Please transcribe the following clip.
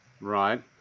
Right